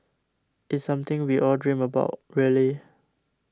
it's something we all dream about really